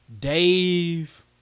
Dave